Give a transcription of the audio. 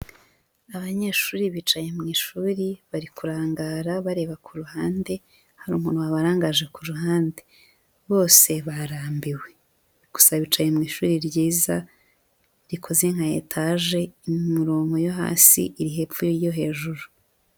Abanyeshuri bicaye mu ishuri bari kurangara bareba ku ruhande, hari umuntu wabarangaje ku ruhande, bose barambiwe gusa bicaye mu ishuri ryiza, rikoze nka etage imirongo yo hasi iri hepfo y'iyo hejuru.